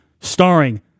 starring